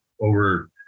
over